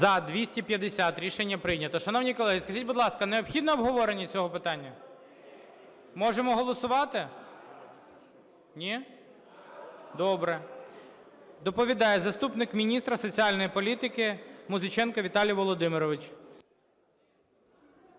За-250 Рішення прийнято. Шановні колеги, скажіть, будь ласка, необхідно обговорення цього питання? Можемо голосувати? Ні? Добре. Доповідає заступник міністра соціальної політики Музиченко Віталій Володимирович.